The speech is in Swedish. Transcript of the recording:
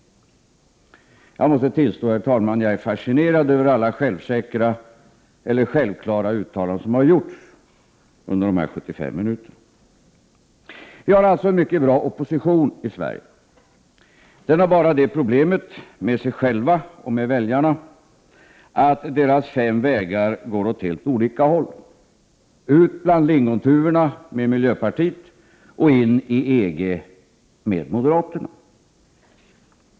Jag måste tillstå, herr talman, att jag är fascinerad över alla självsäkra eller självklara uttalanden som har gjorts under de här 75 minuterna. Vi har alltså en mycket bra opposition i Sverige. Den har bara det problemet med sig själv och med väljarna att dessa fem vägar går åt helt olika håll, ut bland lingontuvorna med miljöpartiet och in i EG med moderaterna.